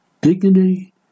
dignity